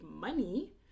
money